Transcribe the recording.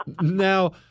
Now